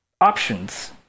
options